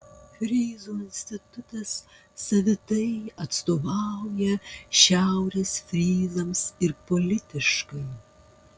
fryzų institutas savitai atstovauja šiaurės fryzams ir politiškai